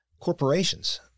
corporations